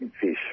fish